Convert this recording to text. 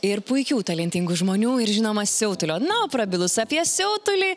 ir puikių talentingų žmonių ir žinoma siautulio na o prabilus apie siautulį